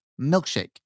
milkshake